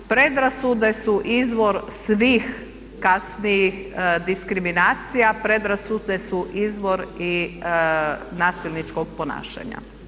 Predrasude su izvor svih kasnijih diskriminacija, predrasude su izvor i nasilničkog ponašanja.